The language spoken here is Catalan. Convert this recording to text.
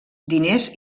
diners